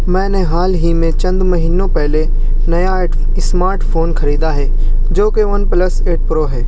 میں نے حال ہی میں چند مہینوں پہلے نیا اسمارٹ فون خریدا ہے جوکہ ون پلس ایٹ پرو ہے